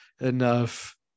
enough